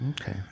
Okay